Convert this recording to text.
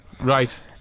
right